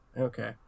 Okay